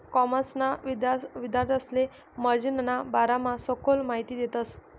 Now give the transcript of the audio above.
कॉमर्सना विद्यार्थांसले मार्जिनना बारामा सखोल माहिती देतस